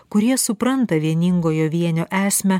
kurie supranta vieningojo vienio esmę